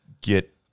get